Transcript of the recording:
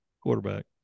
Quarterback